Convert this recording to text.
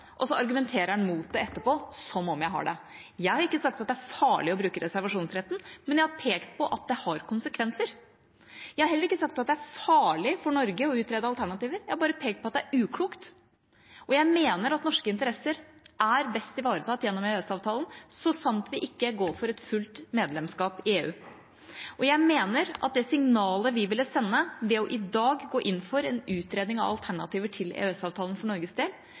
det. Jeg har ikke sagt at det er farlig å bruke reservasjonsretten, men jeg har pekt på at det har konsekvenser. Jeg har heller ikke sagt at det er farlig for Norge å utrede alternativer. Jeg har bare pekt på at det er uklokt, og jeg mener at norske interesser er best ivaretatt gjennom EØS-avtalen, så sant vi ikke går for et fullt medlemskap i EU. Jeg mener at det signalet vi ville sende ved i dag å gå inn for en utredning av alternativer til EØS-avtalen for Norges del,